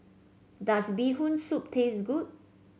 does Bee Hoon Soup taste good